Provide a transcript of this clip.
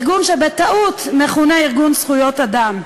ארגון שבטעות מכונה ארגון זכויות אדם.